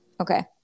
Okay